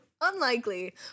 Unlikely